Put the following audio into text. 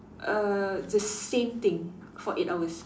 err the same thing for eight hours